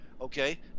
Okay